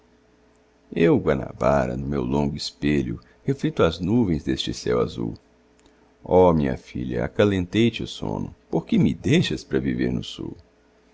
eu guanabara no meu longo espelho reflito as nuvens deste céu azul ó minha filha acalentei te o sono porque me deixas pra viver no sul